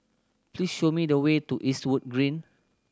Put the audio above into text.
please show me the way to Eastwood Green